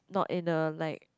not in a like